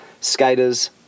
skaters